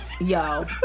Yo